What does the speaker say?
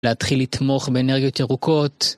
להתחיל לתמוך באנרגיות ירוקות.